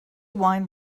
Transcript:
wine